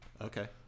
Okay